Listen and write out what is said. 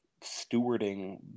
stewarding